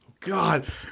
God